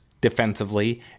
defensively